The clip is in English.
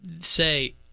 say